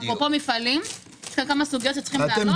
אפרופו מפעלים, יש כמה סוגיות שצריכים להעלות.